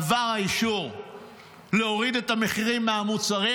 עבר האישור להוריד את המחירים מהמוצרים,